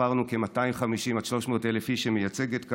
ספרנו כ-250,000 עד 300,000 איש שהיא מייצגת כאן,